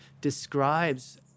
describes